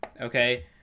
Okay